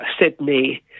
Sydney